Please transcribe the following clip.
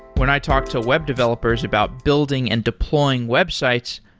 when i talk to web developers about building and deploying websites,